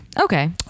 okay